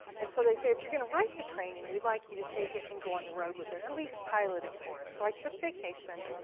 and so they say, if you're gonna write the training, we'd like you to take it and go on the road with it, at least pilot it for us. i took vacation,